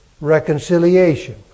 reconciliation